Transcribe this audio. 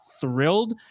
thrilled